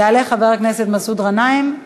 יעלה חבר הכנסת מסעוד גנאים.